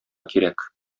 кирәк